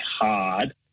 hard